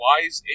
Wise